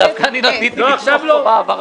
לא, עכשיו לא.